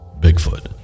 Bigfoot